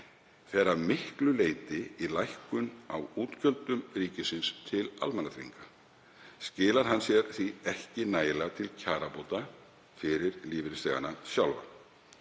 fer að miklu leyti í lækkun á útgjöldum ríkisins til almannatrygginga. Skilar hann sér því ekki nægilega til kjarabóta fyrir lífeyrisþegana sjálfa.